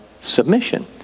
Submission